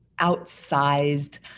outsized